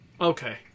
Okay